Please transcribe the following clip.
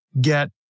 get